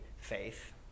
faith